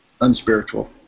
unspiritual